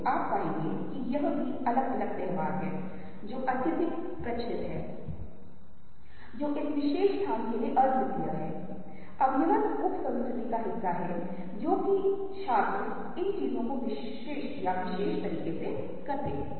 तो यह हमें बताता है कि रंगों को भी वर्गीकृत किया जाता है एक समान संस्कृति में और इसी तरह से समझा जाता है इसका मतलब है कि यदि आप इस ज्ञान का उपयोग कर सकते हैं तो जब हम किसी को संबोधित कर रहे हैं तो हम अधिक प्रभावी तरीके से चीजों का ध्यान रख सकते हैं